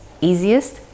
easiest